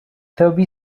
toby